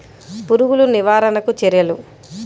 పురుగులు నివారణకు చర్యలు?